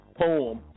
Poem